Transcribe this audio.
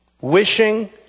wishing